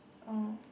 oh